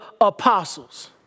apostles